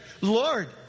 Lord